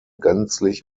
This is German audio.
gänzlich